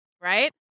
right